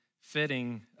Fitting